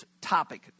topic